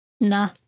Nah